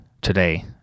today